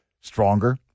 stronger